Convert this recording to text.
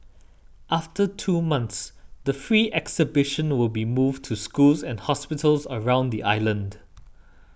after two months the free exhibition will be moved to schools and hospitals around the island